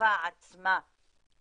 השפה עצמה.